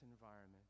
environment